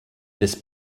this